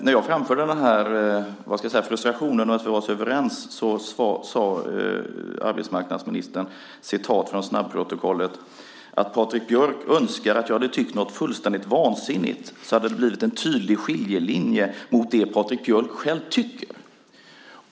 När jag framförde min frustration över att vi var så överens sade arbetsmarknadsministern enligt snabbprotokollet: Patrik Björck "skulle naturligtvis önska att jag hade tyckt någonting fullständigt vansinnigt så att det hade blivit en tydlig skiljelinje mot det Patrik Björck själv tycker."